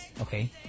Okay